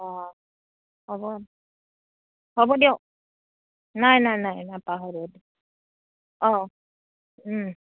অঁ হ'ব হ'ব দিয়ক নাই নাই নাই নাপাহৰোঁ অঁ